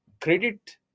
credit